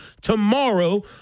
Tomorrow